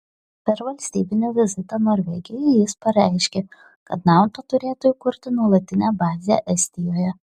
per valstybinį vizitą norvegijoje jis pareiškė kad nato turėtų įkurti nuolatinę bazę estijoje